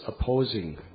opposing